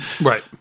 Right